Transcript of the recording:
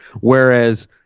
Whereas